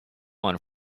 one